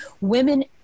women